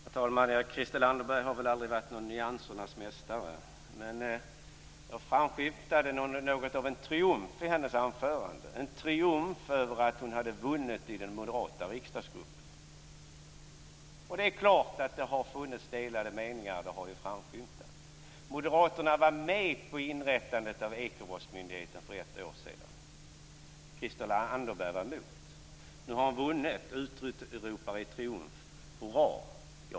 Herr talman! Christel Anderberg har väl aldrig varit någon nyansernas mästare. Men jag framskymtade något av en triumf i hennes anförande - en triumf över att hon hade vunnit i den moderata riksdagsgruppen. Det är klart att det där har funnits delade meningar. Det har ju framskymtat. Moderaterna var med på inrättandet av Ekobrottsmyndigheten för ett år sedan. Christel Anderberg var emot. Nu har hon vunnit och utropar i triumf: Hurra, jag fick rätt!